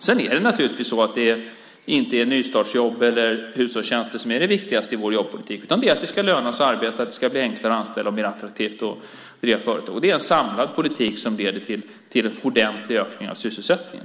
Sedan är naturligtvis inte nystartsjobb eller hushållstjänster det viktigaste i vår jobbpolitik, utan det är att det ska löna sig att arbeta, att det ska bli enklare att anställa och mer attraktivt att driva företag. Det är en samlad politik som leder till en ordentlig ökning av sysselsättningen.